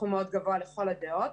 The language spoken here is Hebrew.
סכום מאוד גבוה לכל הדעות.